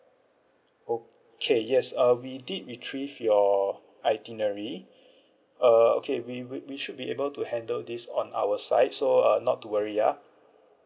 okay yes uh we did retrieve your itinerary uh okay we we we should be able to handle this on our side so uh not to worry ya